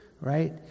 right